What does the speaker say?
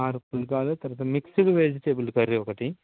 ఆరు పుల్కాలు తరువాత మిక్స్డ్ వెజిటేబుల్ కర్రీ ఒకటి